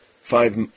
five